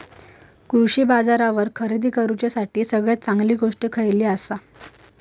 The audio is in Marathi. कृषी बाजारावर खरेदी करूसाठी सगळ्यात चांगली गोष्ट खैयली आसा?